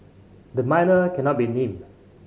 the minor cannot be named